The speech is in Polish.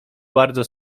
bardzo